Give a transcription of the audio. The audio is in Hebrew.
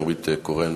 נורית קורן,